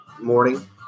morning